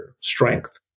strength